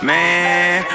Man